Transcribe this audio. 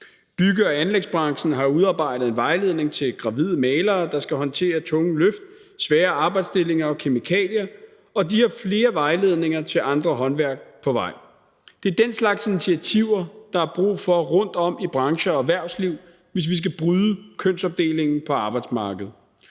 Bygge- og anlægsbranchen har udarbejdet en vejledning til gravide malere, der skal håndtere tunge løft, svære arbejdsstillinger og kemikalier, og de har flere vejledninger til andre håndværk på vej. Det er den slags initiativer, der er brug for rundtom i brancher og erhvervsliv, hvis vi skal bryde kønsopdelingen på arbejdsmarkedet.